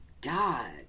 God